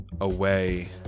away